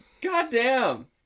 goddamn